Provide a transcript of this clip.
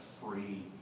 free